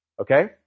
okay